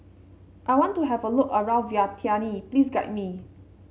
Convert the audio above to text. I want to have a look around Vientiane please guide me